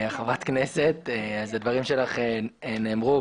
הדברים שלך נאמרו,